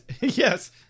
yes